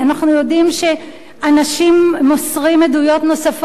אנחנו יודעים שאנשים מוסרים עדויות נוספות,